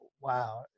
wow